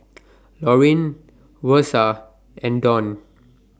Laurene Versa and Donn